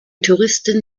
touristen